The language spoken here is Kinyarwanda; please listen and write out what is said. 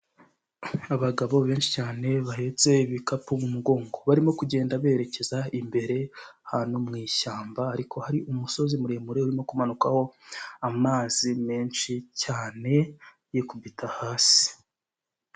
Abagabo benshi cyane bahetse ibikapu mu mugongo, barimo kugenda berekeza imbere ahantu mu ishyamba, ariko hari umusozi muremure urimo kumanukaho amazi menshi cyane yikubita hasi.